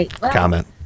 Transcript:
Comment